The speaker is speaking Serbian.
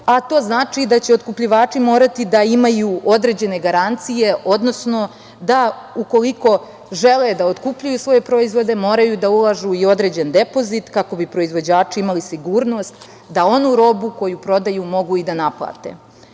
a to znači da će otkupljivači morati da imaju određene garancije, odnosno da ukoliko žele da otkupljuju svoje proizvode moraju da ulažu i određen depozit kako bi proizvođači imali sigurnost da onu robu koju prodaju mogu i da naplate. Malopre,